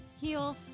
heal